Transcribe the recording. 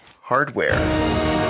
hardware